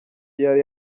yari